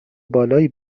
بالایی